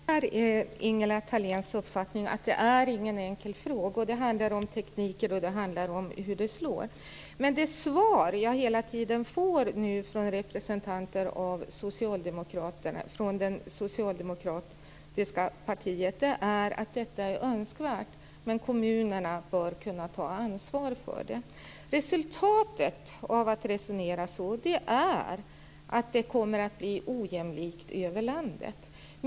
Fru talman! Jag delar Ingela Thaléns uppfattning att det inte är någon enkel fråga. Det handlar om tekniker och hur de slår. Men det svar jag hela tiden får från representanter för det socialdemokratiska partiet är att detta är önskvärt, men att kommunerna bör kunna ta ansvar för det. Resultatet av att resonera så är att det kommer att bli ojämlikt över landet.